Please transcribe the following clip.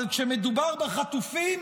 אבל כשמדובר בחטופים,